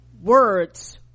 words